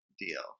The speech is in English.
deal